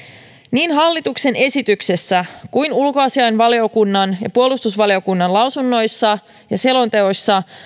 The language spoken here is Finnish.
niin hallituksen esityksessä kuin ulkoasiainvaliokunnan ja puolustusvaliokunnan lausunnoissa ja selonteoissa